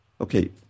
Okay